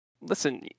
listen